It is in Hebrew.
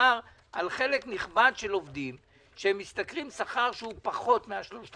שמדובר על חלק נכבד של עובדים שמשתכרים שכר שהוא פחות מ-3,000 ומשהו.